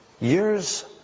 years